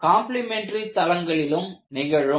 இது காம்ப்ளிமென்ட் தளங்களிலும் நிகழும்